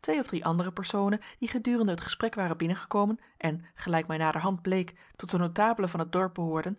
twee of drie andere personen die gedurende het gesprek waren binnengekomen en gelijk mij naderhand bleek tot de notabelen van het dorp behoorden